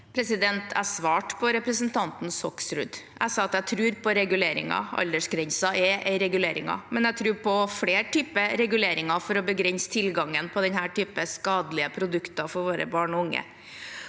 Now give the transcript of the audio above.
Jeg svarte re- presentanten Hoksrud. Jeg sa at jeg tror på reguleringer. Aldersgrense er en regulering. Men jeg tror på flere typer reguleringer for å begrense tilgangen på denne typen skadelige produkter for våre barn og unge.